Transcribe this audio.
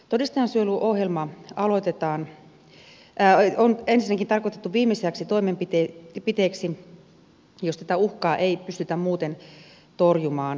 todistajansuojeluohjelma on ensinnäkin tarkoitettu viimesijaiseksi toimenpiteeksi jos uhkaa ei pystytä muuten torjumaan